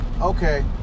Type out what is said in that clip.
okay